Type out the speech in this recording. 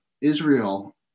Israel